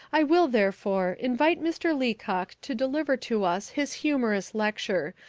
i will, therefore, invite mr. leacock to deliver to us his humorous lecture,